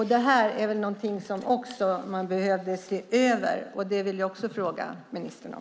Det här är någonting som man behöver se över, och det vill jag också fråga ministern om.